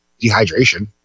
Dehydration